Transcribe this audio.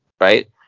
Right